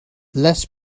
less